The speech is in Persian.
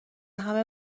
همه